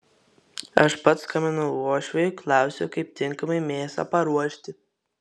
aš pats skambinau uošviui klausiau kaip tinkamai mėsą paruošti